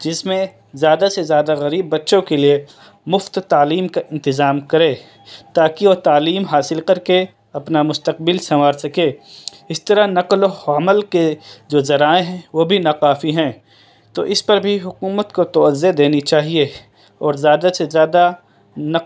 جس میں زیادہ سے زیادہ غریب بچّوں کے لیے مفت تعلیم کا انتظام کرے تا کہ وہ تعلیم حاصل کر کے اپنا مستقبل سنوار سکے اس طرح نقل و حمل کے جو ذرائع ہیں وہ بھی نا کافی ہیں تو اس پر بھی حکومت کو توجے دینی چاہیے اور زیادہ چھ زیادہ نقل